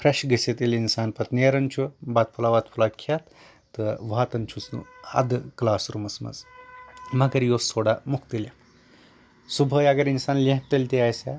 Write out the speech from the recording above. fresh گٔژھتھ ییٚلہِ اِنسان پَتہٕ نیران چھُ بَتہٕ پھولا وَتہٕ پھولا کیٚتھ تہٕ واتان چھُ سُہ اَدٕ کٕلاس رومَس منٛز مَگر یہِ اوس تھوڑا مُختلِف صبُحٲے اَگر اِنسان لیفہِ تل تہِ آسہِ ہا